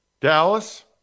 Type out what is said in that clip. Dallas